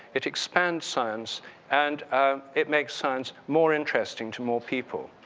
it expands science and it makes science more interesting to more people.